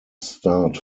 start